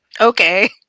okay